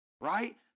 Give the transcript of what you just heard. right